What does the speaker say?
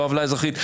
לא עוולה אזרחית,